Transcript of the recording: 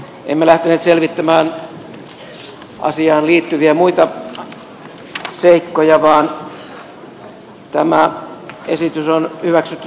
emme lähteneet selvittämään asiaan liittyviä muita seikkoja vaan tämä esitys on hyväksytty sellaisenaan